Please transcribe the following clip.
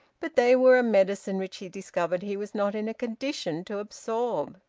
but they were a medicine which he discovered he was not in a condition to absorb,